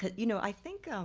ah you know i think